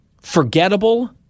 Forgettable